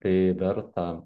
tai verta